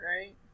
right